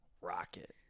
Rocket